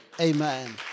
Amen